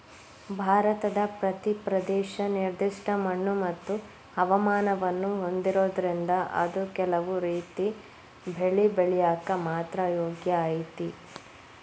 ಭಾರತದ ಪ್ರತಿ ಪ್ರದೇಶ ನಿರ್ದಿಷ್ಟ ಮಣ್ಣುಮತ್ತು ಹವಾಮಾನವನ್ನ ಹೊಂದಿರೋದ್ರಿಂದ ಅದು ಕೆಲವು ರೇತಿ ಬೆಳಿ ಬೆಳ್ಯಾಕ ಮಾತ್ರ ಯೋಗ್ಯ ಐತಿ